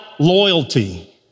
Loyalty